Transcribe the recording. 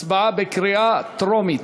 הצבעה בקריאה טרומית.